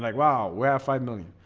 like wow, we have five million,